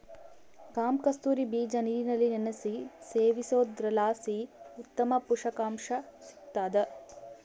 ಕಾಮಕಸ್ತೂರಿ ಬೀಜ ನೀರಿನಲ್ಲಿ ನೆನೆಸಿ ಸೇವಿಸೋದ್ರಲಾಸಿ ಉತ್ತಮ ಪುಷಕಾಂಶ ಸಿಗ್ತಾದ